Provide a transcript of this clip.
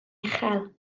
uchel